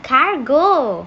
cargo